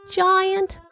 giant